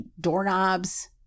doorknobs